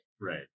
right